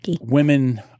women